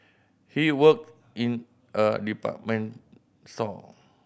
he worked in a department store